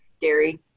dairy